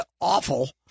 awful